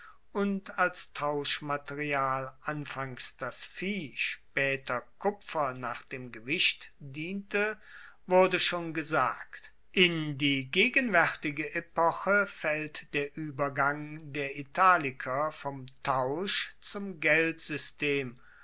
und als tauschmaterial anfangs das vieh spaeter kupfer nach dem gewicht diente wurde schon gesagt in die gegenwaertige epoche faellt der uebergang der italiker vom tausch zum geldsystem